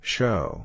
Show